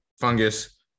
fungus